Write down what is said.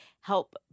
help